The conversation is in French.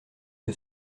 que